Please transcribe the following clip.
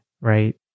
right